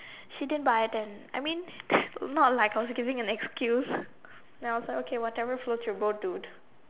she didn't buy it and I mean not like I was giving an excuse then I was like okay whatever floats your boat dude